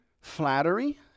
Flattery